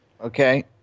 Okay